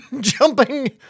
jumping